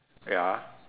ya